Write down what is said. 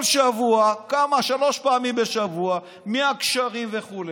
כל שבוע כמה, שלוש פעמים בשבוע, 100 גשרים וכו'